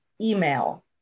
email